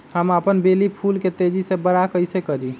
हम अपन बेली फुल के तेज़ी से बरा कईसे करी?